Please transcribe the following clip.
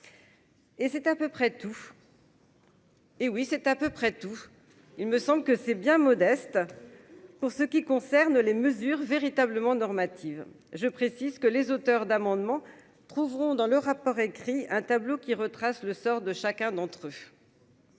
oui c'est à peu près tout, il me semble que c'est bien modeste pour ce qui concerne les mesures véritablement normative, je précise que les auteurs d'amendements trouveront dans le rapport écrit un tableau qui retrace le sort de chacun d'entre eux.